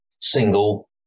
single